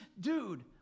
Dude